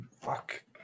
fuck